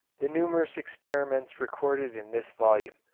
the numerous experiments recorded in this volume,